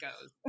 goes